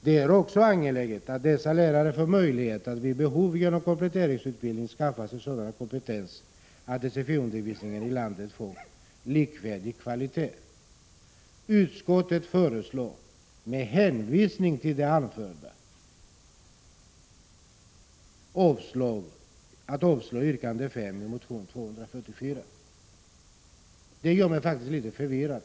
Det är också angeläget att dessa lärare får möjlighet att vid behov genom kompletteringsutbildning skaffa sig sådan kompetens att sfi-undervisningen i landet får likvärdig kvalitet. Utskottet föreslår med hänvisning till det anförda att riksdagen avslår yrkande 5 i motion 1985/86:244.” — Detta gör mig faktiskt förvirrad.